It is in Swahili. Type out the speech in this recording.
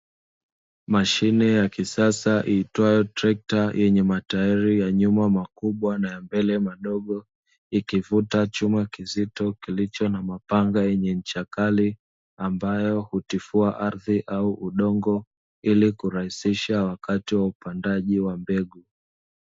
Mashine ya kisasa iitwayo trekta yenye matairi ya nyuma makubwa na ya mbele madogo, ikivuta chuma kizito kilicho na mapanga yenye ncha kali ambayo hutifua ardhi au udongo, ili kurahisisha wakati wa upandaji wa mbegu.